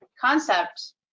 concept